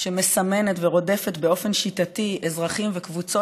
שמסמנת ורודפת באופן שיטתי אזרחים וקבוצות